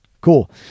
Cool